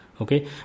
okay